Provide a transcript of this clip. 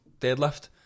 deadlift